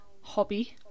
hobby